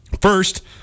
First